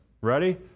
Ready